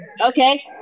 okay